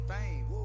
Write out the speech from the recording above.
fame